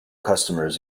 customers